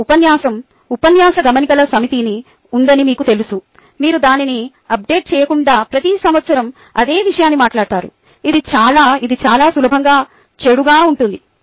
మీకు ఉపన్యాసం ఉపన్యాస గమనికల సమితి ఉందని మీకు తెలుసు మీరు దానిని అప్డేట్ చేయకుండా ప్రతి సంవత్సరo అదే విషయాన్ని మాట్లాడతారు ఇది చాలా ఇది చాలా సులభంగా చెడుగా ఉంటుంది